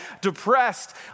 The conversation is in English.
depressed